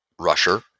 rusher